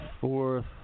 fourth